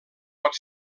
pot